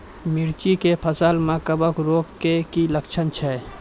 मिर्ची के फसल मे कवक रोग के की लक्छण छै?